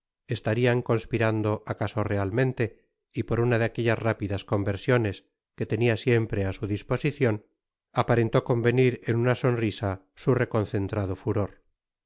rian conspirando acaso realmente y por una de aquellas rápidas conversiones que tenia siempre á su disposicion aparentó convertir en una sonrisa reconcentrado furor